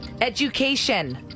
education